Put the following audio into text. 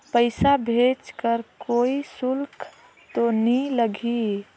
पइसा भेज कर कोई शुल्क तो नी लगही?